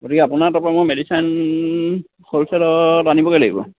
গতিকে আপোনাৰ তাৰ পৰা মই মেডিচিন হ'লছেলত আনিবগে লাগিব